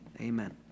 Amen